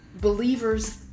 believers